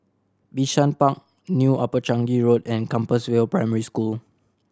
Bishan Park New Upper Changi Road and Compassvale Primary School